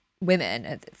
women